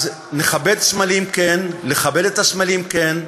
אז נכבד סמלים, כן, לכבד את הסמלים, כן,